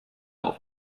auf